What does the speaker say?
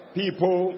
people